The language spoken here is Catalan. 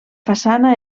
façana